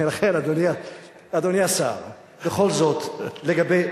אדוני השר, בכל זאת לגבי,